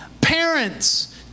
parents